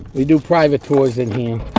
we do private tours in here.